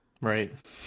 Right